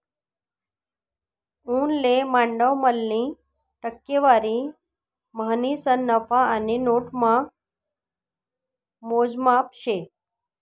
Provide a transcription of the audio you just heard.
उनले भांडवलनी टक्केवारी म्हणीसन नफा आणि नोटामा मोजमाप शे